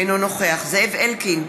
אינו נוכח זאב אלקין,